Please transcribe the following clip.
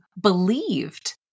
believed